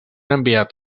enviat